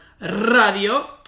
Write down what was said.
Radio